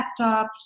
laptops